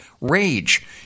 Rage